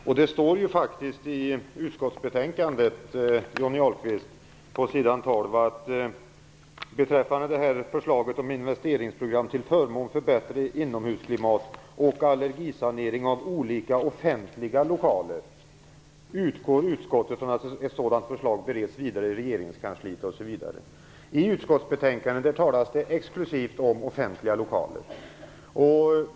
På s. 12 i utskottsbetänkandet står följande, Johnny Ahlqvist: Beträffande förslaget om investeringsprogram till förmån för bättre inomhusklimat och allergisanering av olika offentliga lokaler utgår utskottet från att ett sådant förslag bereds vidare i regeringskansliet osv. I utskottsbetänkandet talas det exklusivt om offentliga lokaler.